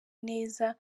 neza